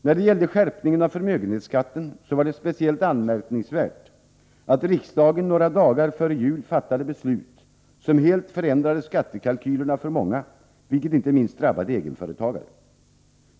När det gäller skärpningen av förmögenhetsskatten är det speciellt anmärkningsvärt att riksdagen några dagar före jul fattade beslut som helt förändrade skattekalkylerna för många, vilket inte minst drabbade egenföretagare.